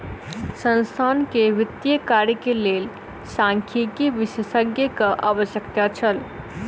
संस्थान के वित्तीय कार्य के लेल सांख्यिकी विशेषज्ञक आवश्यकता छल